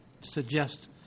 suggest